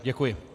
Děkuji.